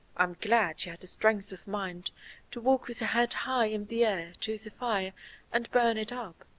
i'm glad she had the strength of mind to walk with a head high in the air to the fire and burn it up.